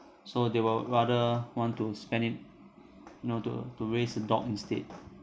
so they will rather want to spend it you know to to raise a dog instead